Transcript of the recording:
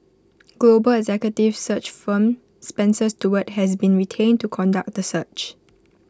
global executive search firm Spencer Stuart has been retained to conduct the search